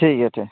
ᱴᱷᱤᱠ ᱟᱪᱪᱷᱮ